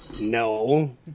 No